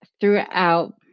throughout